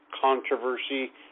controversy